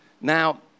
Now